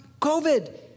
COVID